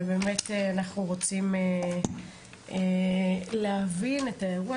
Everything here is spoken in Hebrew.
באמת אנחנו רוצים להבין את האירוע,